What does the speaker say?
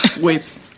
wait